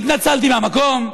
התנצלתי מהמקום,